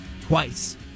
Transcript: twice